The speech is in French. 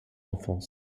enfance